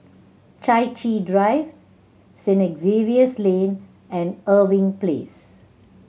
Chai Chee Drive Saint Xavier's Lane and Irving Place